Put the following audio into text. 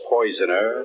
Poisoner